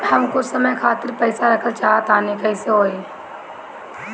हम कुछ समय खातिर पईसा रखल चाह तानि कइसे होई?